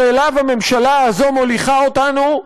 שאליו הממשלה הזאת מוליכה אותנו,